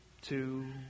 two